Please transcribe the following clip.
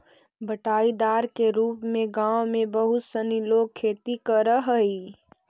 बँटाईदार के रूप में गाँव में बहुत सनी लोग खेती करऽ हइ